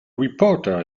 reporter